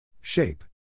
Shape